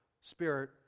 spirit